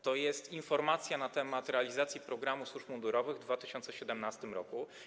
To jest informacja na temat realizacji programu dla służb mundurowych w 2017 r.